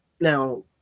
now